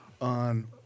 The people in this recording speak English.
on